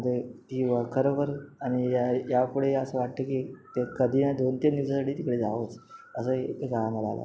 ती खरोखर आणि या यापुढे असं वाटतं की ते कधी नाही दोनतीन दिवसासाठी तिकडे जावंच असंही आम्हाला वाटतं